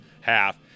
half